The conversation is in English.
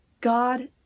God